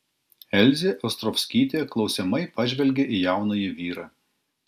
elzė ostrovskytė klausiamai pažvelgė į jaunąjį vyrą